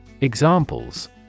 Examples